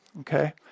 Okay